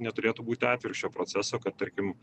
neturėtų būti atvirkščio proceso kad tarkim